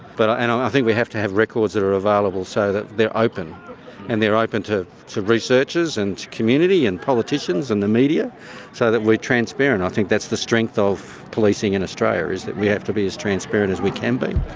but and i think we have to have records that are available so they're open and they're open to to researchers and community and politicians and the media so that we're transparent. i think that's the strength of policing in australia, is that we have to be as transparent as we can be.